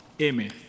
amen